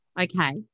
Okay